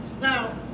Now